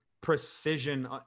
precision